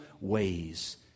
ways